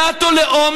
דת או לאום,